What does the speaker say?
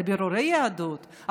על בירורי יהדות,